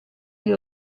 gli